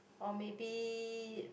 or maybe